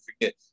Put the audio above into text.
forget